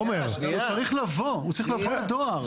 זה חוסר הבנה של הדואר.